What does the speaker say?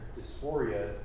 dysphoria